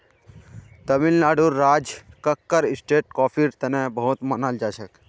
तमिलनाडुर राज कक्कर स्टेट कॉफीर तने बहुत मनाल जाछेक